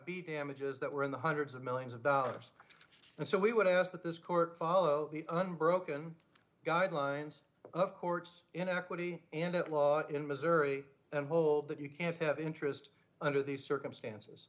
be damages that were in the hundreds of millions of dollars and so we would ask that this court follow unbroken guidelines of courts in equity into law in missouri and hold that you can't have interest under these circumstances